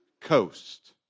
coast